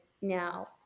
now